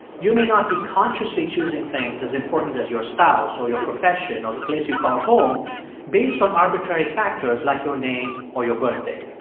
you may not be consciously choosing things as important as your spouse or your profession or the place you call home based on arbitrary factors like your name or your birthday.